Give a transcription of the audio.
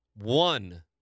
one